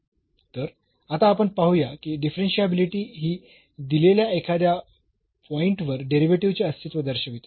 तर आता आपण पाहूया की डिफरन्शियाबिलिटी ही दिलेल्या एखाद्या पॉईंटवर डेरिव्हेटिव्हचे अस्तित्व दर्शविते